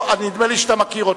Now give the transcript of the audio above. נדמה לי שאתה מכיר אותו.